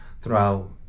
throughout